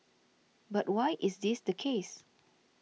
but why is this the case